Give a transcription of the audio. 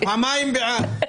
מי נמנע?